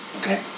Okay